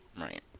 Right